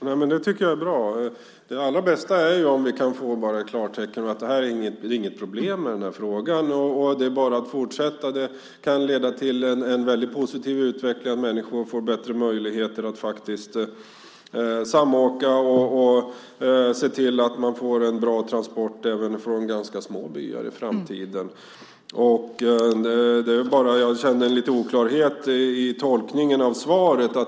Fru talman! Det tycker jag är bra. Det allra bästa är om vi kan få ett klartecken om att det inte är något problem med frågan och att det bara är att fortsätta. Det kan leda till en väldigt positiv utveckling, att människor får bättre möjligheter att samåka och se till att man får en bra transport även från ganska små byar i framtiden. Jag kände en liten oklarhet i tolkningen av svaret.